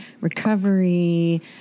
recovery